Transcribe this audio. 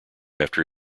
after